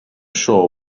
sure